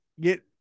get